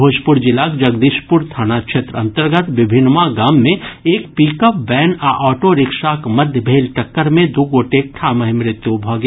भोजपुर जिलाक जगदीशपुर थाना क्षेत्र अंतर्गत विभिनवां गाम मे एक पिकअप वैन आ ऑटोरिक्शाक मध्य भेल टक्कर मे दू गोटेक ठामहि मृत्यु भऽ गेल